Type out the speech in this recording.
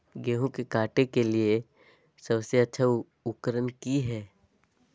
गेहूं के काटे के लिए सबसे अच्छा उकरन की है?